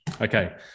Okay